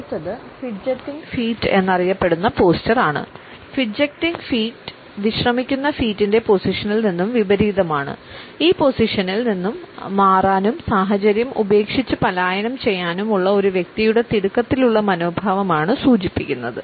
അടുത്തത് fidgeting feet വിശ്രമിക്കുന്ന ഫീറ്റിന്റെ പോസിഷനിൽ നിന്നും വിപരീതമാണ് ഈ പോസിഷനിൽ നിന്ന് മാറാനും സാഹചര്യം ഉപേക്ഷിച്ച് പലായനം ചെയ്യാനും ഉള്ള ഒരു വ്യക്തിയുടെ തിടുക്കത്തിലുള്ള മനോഭാവമാണ് സൂചിപ്പിക്കുന്നത്